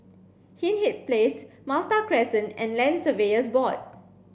Hindhede Place Malta Crescent and Land Surveyors Board